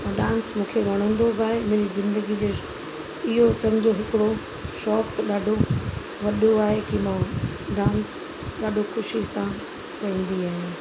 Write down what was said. ऐं डांस मूंखे वणंदो बि आहे मुंहिंजी ज़िंदगी इहो समुझो हिकिड़ो शौक़ु ॾाढो वॾो आहे कि मां डांस ॾाढो ख़ुशी सां कंदी आहियां